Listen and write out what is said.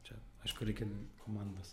čia aišku reikia komandos